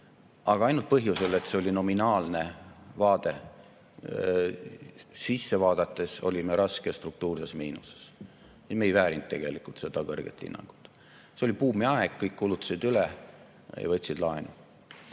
Aga ainult põhjusel, et see oli nominaalne vaade. Sisse vaadates olime raskes struktuurses miinuses. Me ei väärinud tegelikult seda kõrget hinnangut. See oli buumiaeg, kõik kulutasid üle ja võtsid laenu.